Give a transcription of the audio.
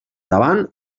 davant